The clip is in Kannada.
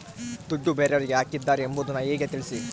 ದುಡ್ಡು ಬೇರೆಯವರಿಗೆ ಹಾಕಿದ್ದಾರೆ ಎಂಬುದು ಹೇಗೆ ತಿಳಿಸಿ?